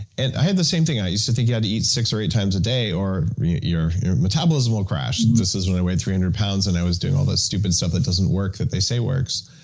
and i had the same thing. i used to think you had to eat six or eight times a day, or your your metabolism will crash. this was when i weighed three hundred pounds, and i was doing all that stupid stuff that doesn't work that they say works.